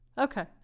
Okay